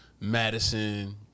Madison